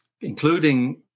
including